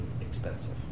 expensive